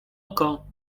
oko